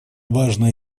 важная